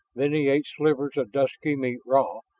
then he ate slivers of dusky meat raw,